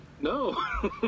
No